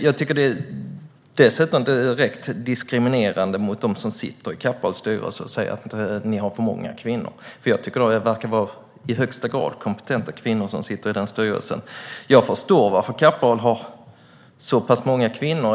Jag tycker dessutom att det är direkt diskriminerande mot dem som sitter i Kappahls styrelse att säga att de har för många kvinnor, för jag tycker att det i högsta grad verkar vara kompetenta kvinnor som sitter i den styrelsen. Jag förstår varför Kappahl har så pass många kvinnor.